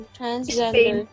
Transgender